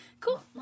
Cool